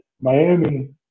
Miami